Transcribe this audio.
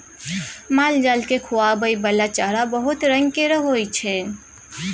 मालजाल केँ खुआबइ बला चारा बहुत रंग केर होइ छै